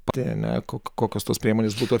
prie ne ko kokios tos priemonės būtų